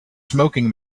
smoking